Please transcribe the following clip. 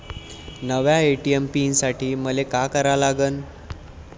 नव्या ATM pin साठी मले का करा लागन?